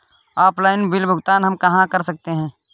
Offline bill भुगतान हम कहां कर सकते हैं?